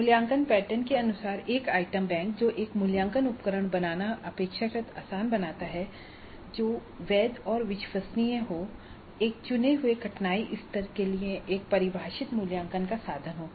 मूल्यांकन पैटर्न के अनुसार एक आइटम बैंक जो एक मूल्यांकन उपकरण बनाना अपेक्षाकृत आसान बनाता है जो वैध और विश्वसनीय हो एक चुने हुए कठिनाई स्तर के लिए एक परिभाषित मूल्यांकन का साधन हो